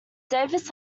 davis